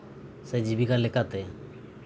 ᱥᱮ ᱡᱤᱵᱤᱠᱟ ᱞᱮᱠᱟᱛᱮ